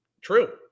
true